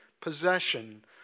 possession